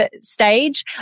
stage